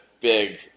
big